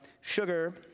sugar